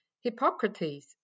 Hippocrates